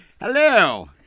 Hello